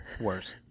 Worse